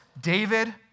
David